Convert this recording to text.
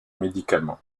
médicaments